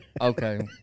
Okay